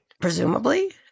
Presumably